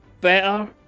better